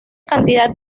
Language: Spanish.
cantidad